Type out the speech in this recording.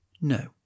No